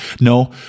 No